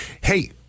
Hey